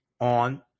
on